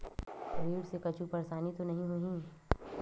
ऋण से कुछु परेशानी तो नहीं होही?